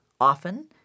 often